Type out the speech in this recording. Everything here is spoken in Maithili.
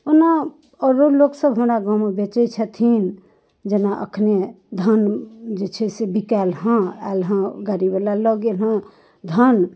ओना आरो लोकसब हमरा गाँवमे बेचै छथिन जेना अखने धान जे छै से बिकाइल हँ आयल हँ गाड़ीवला लऽ गेल हँ धान